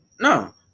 No